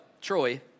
Troy